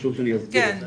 חשוב שאני יסביר את זה.